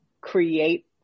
create